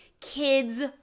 kids